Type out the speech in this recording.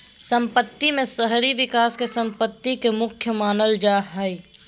सम्पत्ति में शहरी विकास के सम्पत्ति के मुख्य मानल जा हइ